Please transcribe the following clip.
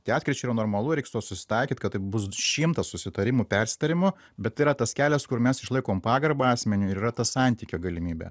tai atkryčiai yra normalu reiks su tuo susitaikyt kad tai bus šimtas susitarimų persitarimų bet yra tas kelias kur mes išlaikom pagarbą asmeniui ir yra ta santykio galimybė